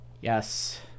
Yes